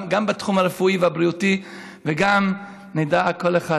גם בתחום הרפואי והבריאותי,